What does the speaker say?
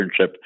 internship